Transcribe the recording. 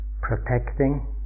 protecting